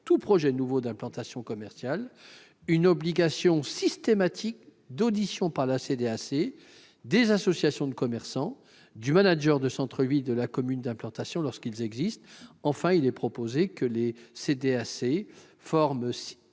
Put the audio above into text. tout projet nouveau d'implantation commerciale, une obligation systématique d'audition par la CDAC des associations de commerçants et du manager de centre-ville de la commune d'implantation, lorsqu'ils existent. Enfin, il est proposé que les CDAC informent